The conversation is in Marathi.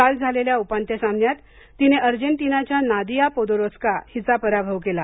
काल झालेल्या पहिल्या उपांत्य सामन्यात तिने अर्जेन्तिनाच्या नादिया पोडोरोस्का हिचा पराभव केला